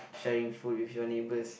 sharing food with your neighbours